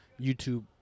YouTube